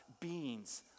beings